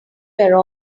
were